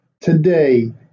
today